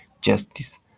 justice